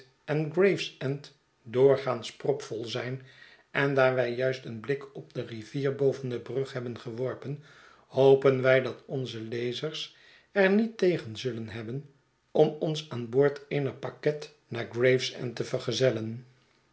en gravesend doorgaans propvol zijn en daar wij juist een blik op de rivier boven de brug hebben geworpen hopen wij dat onze lezers er niet tegen zullen hebben om ons aan boord eener pakket naar gravesend te vergezellen